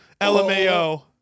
LMAO